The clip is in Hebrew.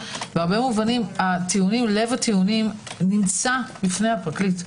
הרבה פעמים לב הטיעונים נמצא בפני הפרקליט.